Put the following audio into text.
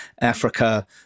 Africa